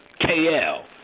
KL